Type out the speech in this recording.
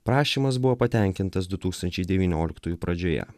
prašymas buvo patenkintas du tūkstančiai devynioliktųjų pradžioje